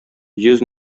йөз